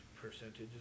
Percentage